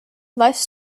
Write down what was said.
lifes